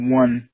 one